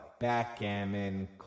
backgammon